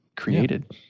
created